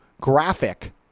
graphic